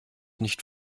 nicht